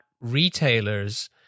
retailers